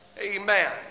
Amen